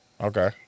Okay